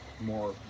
more